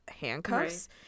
handcuffs